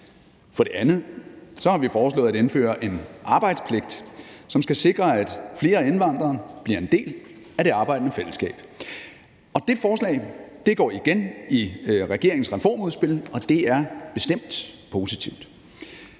For det andet har vi foreslået at indføre en arbejdspligt, som skal sikre, at flere indvandrere bliver en del af det arbejdende fællesskab. Det forslag går igen i regeringens reformudspil, og det er bestemt positivt.